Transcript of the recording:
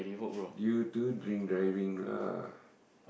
you do drink driving lah